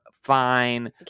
fine